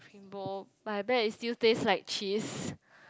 bimbo but I bet it still taste like cheese